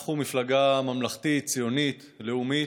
אנחנו מפלגה ממלכתית, ציונית, לאומית,